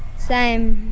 same.